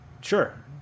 Sure